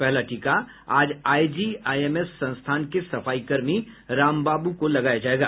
पहला टीका आज आईजीआईएमएस संस्थान के सफाईकर्मी राम बाबू को लगाया जायेगा